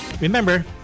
Remember